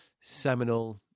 seminal